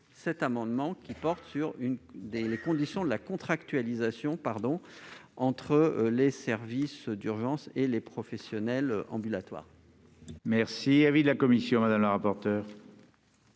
cet amendement, qui porte sur les conditions de la contractualisation entre les services d'urgences et les professionnels en ambulatoire. Quel est l'avis de la commission ? L'amélioration de